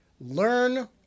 Learn